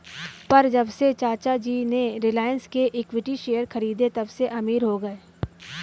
पर जब से चाचा जी ने रिलायंस के इक्विटी शेयर खरीदें तबसे अमीर हो गए